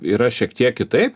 yra šiek tiek kitaip